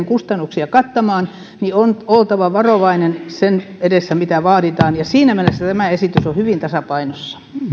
kustannuksia kattamaan on oltava varovainen sen edessä mitä vaaditaan siinä mielessä tämä esitys on hyvin tasapainossa